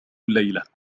الليلة